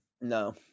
no